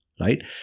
right